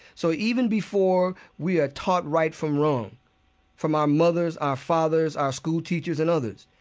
so even before we are taught right from wrong from our mothers, our fathers, our school teachers and others,